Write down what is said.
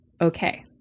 Okay